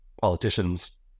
politicians